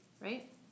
right